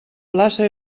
plaça